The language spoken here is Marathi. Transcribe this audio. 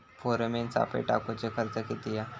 फेरोमेन सापळे टाकूचो खर्च किती हा?